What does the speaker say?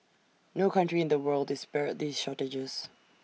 no country in the world is spared these shortages